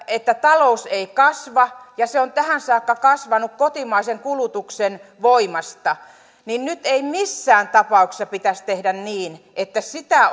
että talous ei kasva ja se on tähän saakka kasvanut kotimaisen kulutuksen voimasta niin nyt ei missään tapauksessa pitäisi tehdä niin että sitä